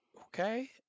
Okay